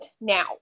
Now